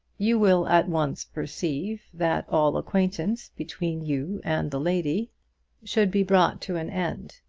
you will at once perceive that all acquaintance between you and the lady should be brought to an end.